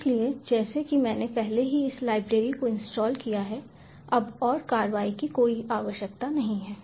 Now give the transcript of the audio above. इसलिए जैसा कि मैंने पहले ही इस लाइब्रेरी को इंस्टॉल किया है अब और कार्रवाई की कोई आवश्यकता नहीं है